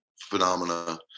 phenomena